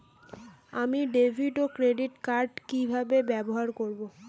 আমি ডেভিড ও credit card কি কিভাবে ব্যবহার করব?